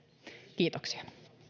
kiitoksia